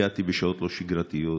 הגעתי בשעות לא שגרתיות,